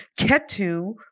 Ketu